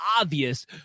obvious